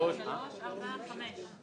של קבוצת סיעת המחנה הציוני לסעיף 12א לא